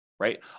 right